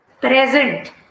present